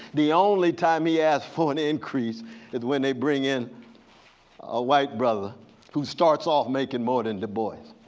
the only time he asked for an increase is when they bring in a white brother who starts off making more than du bois.